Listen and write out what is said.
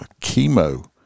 chemo